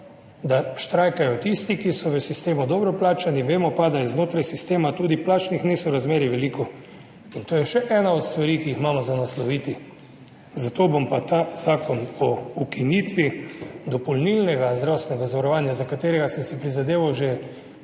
da štrajkajo tisti, ki so v sistemu dobro plačani, vemo pa, da je znotraj sistema tudi plačnih nesorazmerij veliko. To je še ena od stvari, ki jih imamo nasloviti. Zato bom pa [podprl] ta zakon o ukinitvi dopolnilnega zdravstvenega zavarovanja, za kar sem si prizadeval že